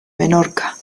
menorca